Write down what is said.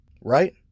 right